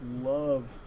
love